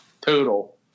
total